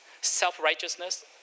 self-righteousness